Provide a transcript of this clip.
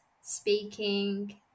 speaking